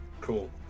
Cool